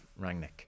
Rangnick